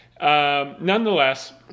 Nonetheless